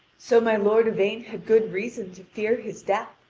so my lord yvain had good reason to fear his death,